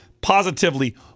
positively